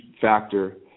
factor